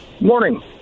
Morning